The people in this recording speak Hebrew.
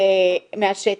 זה מהשטח.